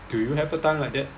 do you have a time like that